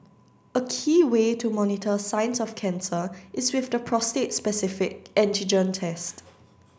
a key way to monitor signs of cancer is with the prostate specific antigen test